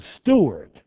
steward